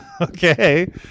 Okay